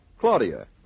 Claudia